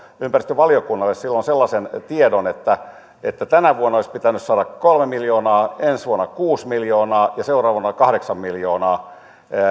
ympäristövaliokunnalle silloin sellaisen tiedon että että tänä vuonna olisi pitänyt saada kolme miljoonaa ensi vuonna kuusi miljoonaa ja seuraavana kahdeksan miljoonaa